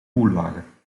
koelwagen